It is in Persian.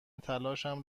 تلاشم